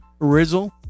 Rizzle